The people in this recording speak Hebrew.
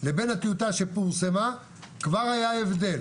לבין הטיוטה שפורסמה כבר היה הבדל.